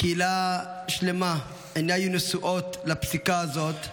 קהילה שלמה, עיניה היו נשואות לפסיקה הזאת,